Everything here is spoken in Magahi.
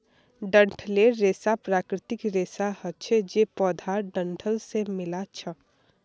डंठलेर रेशा प्राकृतिक रेशा हछे जे पौधार डंठल से मिल्आ छअ